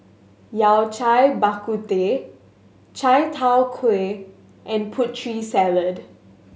Yao Cai Bak Kut Teh chai tow kway and Putri Salad